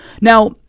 Now